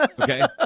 Okay